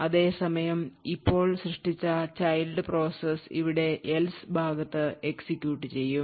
അതേസമയം ഇപ്പോൾ സൃഷ്ടിച്ച ചൈൽഡ് പ്രോസസ്സ് ഇവിടെ else ഭാഗത്ത് എക്സിക്യൂട്ട് ചെയ്യും